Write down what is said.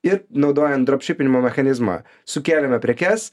ir naudojant dropšipinimo mechanizmą sukėlėme prekes